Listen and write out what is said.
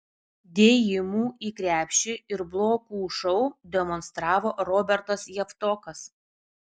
dėjimų į krepšį ir blokų šou demonstravo robertas javtokas